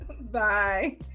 bye